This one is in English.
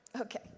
Okay